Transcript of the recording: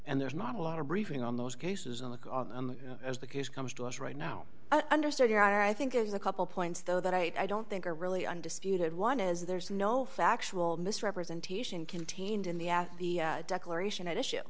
and there's not a lot of briefing on those cases as the case comes to us right now i understand your honor i think it is a couple points though that i don't think are really undisputed one is there's no factual misrepresentation contained in the at the declaration at issue